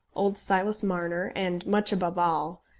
old silas marner, and, much above all,